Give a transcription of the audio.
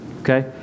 okay